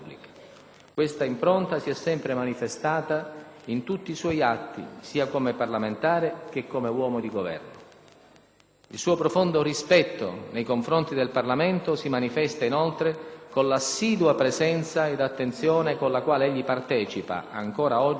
Questa impronta si è sempre manifestata in tutti i suoi atti, sia come parlamentare che come uomo di Governo. II suo profondo rispetto nei confronti del Parlamento si manifesta, inoltre, con l'assidua presenza ed attenzione con la quale egli partecipa, ancora oggi,